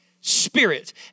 spirit